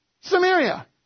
Samaria